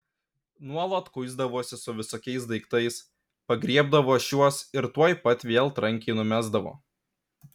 nuolat kuisdavosi su visokiais daiktais pagriebdavo šiuos ir tuoj pat vėl trankiai numesdavo